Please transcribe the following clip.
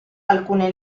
alcune